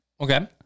okay